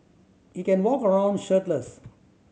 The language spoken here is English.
he can walk around shirtless